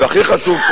והכי חשוב,